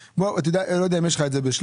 אני לא יודע אם יש לך את זה בשלוף,